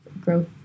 growth